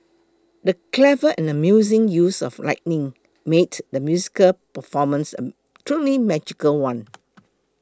the clever and amazing use of lighting made the musical performance a truly magical one